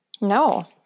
No